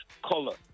Color